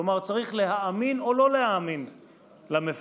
כלומר צריך להאמין או לא להאמין למפקח